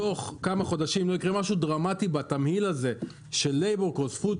תוך כמה חודשים אם לא יקרה משהו בתמהיל הזה של עלות עבודה,